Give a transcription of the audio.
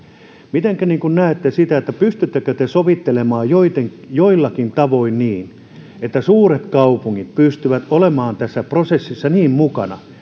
mitenkä näette sen pystyttekö te sovittelemaan joillakin tavoin niin että suuret kaupungit pystyvät olemaan tässä prosessissa niin mukana